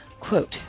Quote